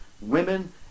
women